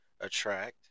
attract